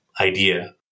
idea